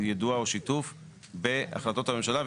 יידוע או שיתוף בהחלטות הממשלה.